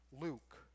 Luke